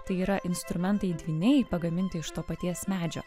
tai yra instrumentai dvyniai pagaminti iš to paties medžio